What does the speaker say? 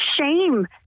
shame